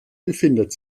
befindet